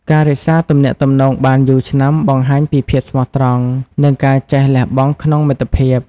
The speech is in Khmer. ការរក្សាទំនាក់ទំនងបានយូរឆ្នាំ បង្ហាញពីភាពស្មោះត្រង់ និងការចេះលះបង់ក្នុងមិត្តភាព។